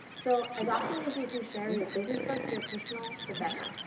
so as often as you can share your business work to your personal, the better.